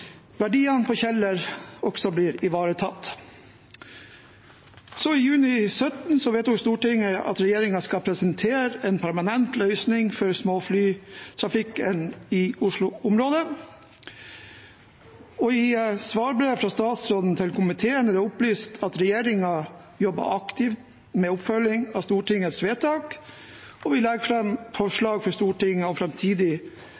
verdiene på Kjeller også blir ivaretatt. I juni 2017 vedtok Stortinget at regjeringen skal presentere en permanent løsning for småflytrafikken i Oslo-området. I svarbrev fra statsråden til komiteen er det opplyst at regjeringen jobber aktivt med oppfølging av Stortingets vedtak, og